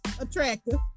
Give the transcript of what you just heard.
attractive